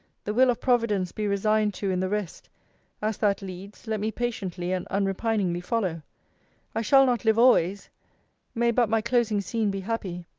the will of providence be resigned to in the rest as that leads, let me patiently and unrepiningly follow i shall not live always may but my closing scene be happy!